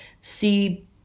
see